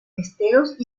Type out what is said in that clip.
esteros